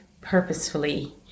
purposefully